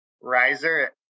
riser